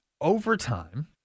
overtime